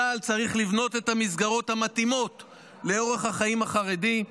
צה"ל צריך לבנות את המסגרות המתאימות לאורח החיים החרדי,